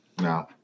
No